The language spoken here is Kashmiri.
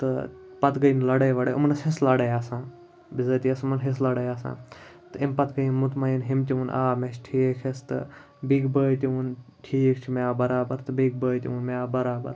تہٕ پَتہٕ گٔے لَڑٲے وَڑٲے یِمَن ٲس حِصہٕ لَڑٲے آسان بِضٲطی ٲس یِمَن حِصہٕ لَڑٲے آسان تہٕ امہِ پَتہٕ گٔے یِم مطمعن ہیٚمۍ تہِ ووٚن آ مےٚ چھِ ٹھیٖک حِصہٕ تہٕ بیٚکہِ بٲے تہِ ووٚن ٹھیٖک چھُ مےٚ آو برابر تہٕ بیٚکہِ بٲے تہِ ووٚن مےٚ آو برابر